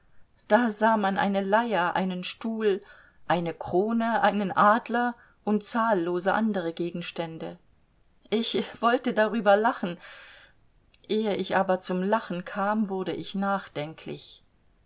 da sah man eine leier einen stuhl eine krone einen adler und zahllose andere gegenstände ich wollte darüber lachen ehe ich aber zum lachen kam wurde ich nachdenklich